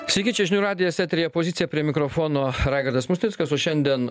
sakyčiau žinių radijas eteryje opozicija prie mikrofono raigardas musnickas o šiandien